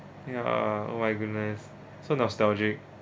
ya oh my goodness so nostalgic